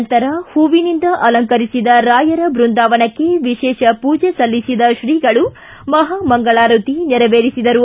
ನಂತರ ಹೂವಿನಿಂದ ಅಲಂಕರಿಸಿದ ರಾಯರ ಬೃಂದಾವನಕ್ಕೆ ವಿಶೇಷ ಪೂಜೆ ಸಲ್ಲಿಸಿದ ಶ್ರೀಗಳು ಮಹಾಮಂಗಳಾರತಿ ನೆರವೇರಿಸಿದರು